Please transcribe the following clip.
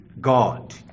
God